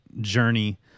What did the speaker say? journey